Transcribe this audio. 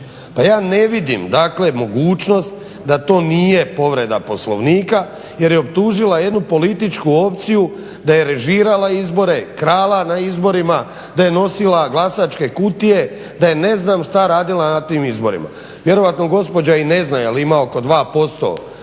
Pa ja ne vidim mogućnost da to nije povreda Poslovnika jer je optužila jednu političku opciju da je režirala izbore, krala na izborima, da je nosila glasačke kutije da je ne znam šta radila na tim izborima. Vjerojatno gospođa i ne zna jel ima oko 2% zajedno